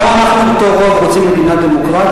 גם אנחנו בתור רוב רוצים מדינה דמוקרטית.